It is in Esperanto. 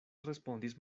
respondis